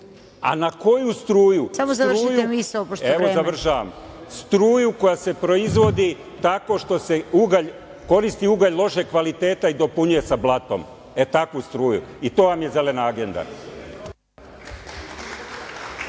A na koju struju? Struju koja se proizvodi tako što se koristi ugalj lošeg kvaliteta i dopunjuje sa blatom, e takvu struju. I to vam je Zelena agenda.